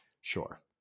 sure